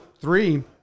three